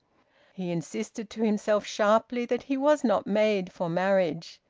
he insisted to himself sharply that he was not made for marriage,